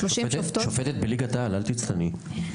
שופטת בליגת העל, אל תצטנעי.